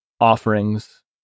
offerings